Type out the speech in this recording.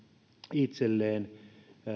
itselleen